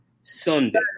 Sunday